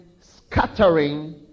scattering